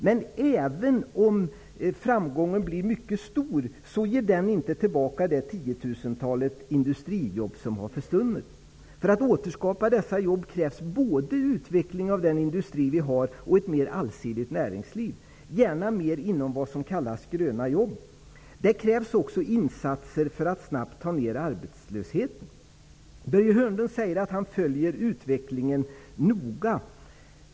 Men även om framgången blir mycket stor ger den inte tillbaka de ca 10 000 industrijobb som har försvunnit. För att återskapa dessa jobb krävs både utveckling av den industri vi har och ett mer allsidigt näringsliv, gärna inom det som kallas ''gröna jobb''. Det krävs också insatser för att snabbt ta ner arbetslösheten. Börje Hörnlund säger att han följer utvecklingen noga.